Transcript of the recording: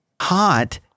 hot